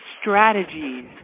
strategies